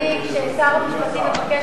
מעמד האשה.